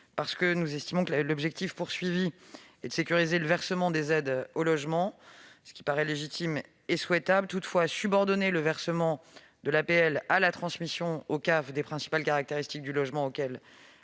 l'avis du Gouvernement ? L'objectif visé par cet article est de sécuriser le versement des aides au logement, ce qui paraît légitime et souhaitable. Toutefois, subordonner le versement de l'APL à la transmission aux CAF des principales caractéristiques du logement auquel